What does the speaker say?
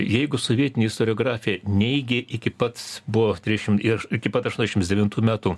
jeigu sovietinė istoriografija neigė iki pat buvo trisdešimt iki pat aštuoniasdešimt devintų metų